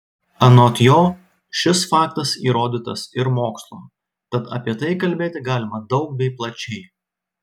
anot jo šis faktas įrodytas ir mokslo tad apie tai kalbėti galima daug bei plačiai